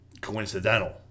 coincidental